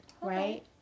right